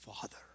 father